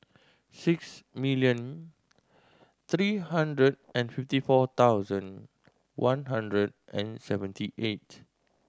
six million three hundred and fifty four thousand one hundred and seventy eight